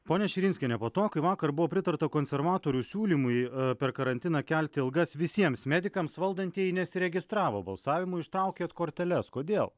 ponia širinskiene po to kai vakar buvo pritarta konservatorių siūlymui per karantiną kelti algas visiems medikams valdantieji nesiregistravo balsavimui ištraukė korteles kodėl